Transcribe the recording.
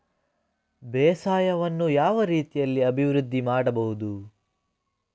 ಬೇಸಾಯವನ್ನು ಯಾವ ರೀತಿಯಲ್ಲಿ ಅಭಿವೃದ್ಧಿ ಮಾಡಬಹುದು?